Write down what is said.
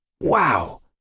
Wow